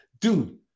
Dude